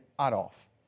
Adolf